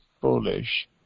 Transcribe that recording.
foolish